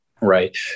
Right